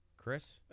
Chris